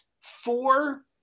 four –